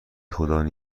خدا